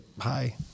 hi